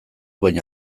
baina